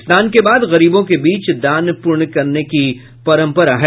स्नान के बाद गरीबों के बीच दान पुण्य करने की परम्परा है